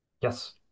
yes